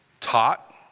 taught